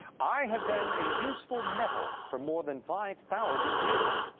i have been a useful metal for more than five thousand years.